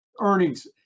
earnings